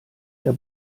der